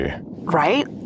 Right